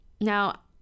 now